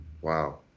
Wow